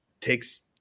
takes